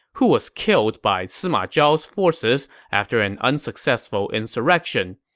who was killed by sima zhao's forces after an unsuccessful insurrection.